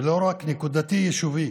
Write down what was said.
ולא רק נקודתי, יישובי,